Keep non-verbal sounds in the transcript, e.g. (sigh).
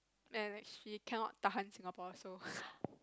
and she cannot tahan Singapore so (noise)